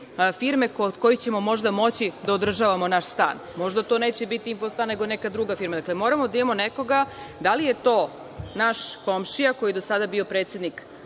firme kod kojih ćemo možda moći da održavamo naš stan, možda to neće biti Infostan, nego neka druga firma. Dakle, moramo da imamo nekoga, da li je to naš komšija koji je do sada bio predsednik